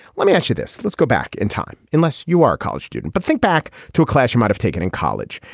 let me ask you this. let's go back in time. unless you are a college student, but think back to a classroom might have taken in college.